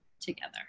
together